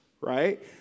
right